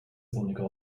sonniger